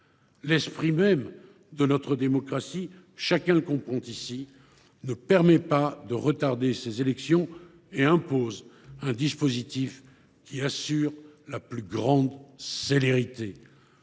L’esprit même de notre démocratie, chacun le comprend, ne permet pas de retarder ces élections, et impose un dispositif qui assure la plus grande célérité.